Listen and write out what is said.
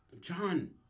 John